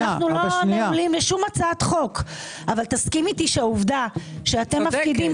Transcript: אנחנו לא נעולים לשום הצעת חוק אבל תסכים איתי שהעובדה שאתם מפקידים